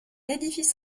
édifice